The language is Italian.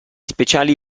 speciali